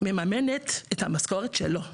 מממנת את המשכורת שלו,